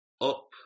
up